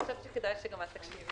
אני חושבת שכדאי שגם את תקשיבי,